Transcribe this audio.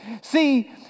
see